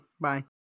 Bye